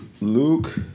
Luke